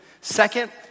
Second